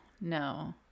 no